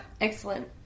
Excellent